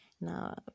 Now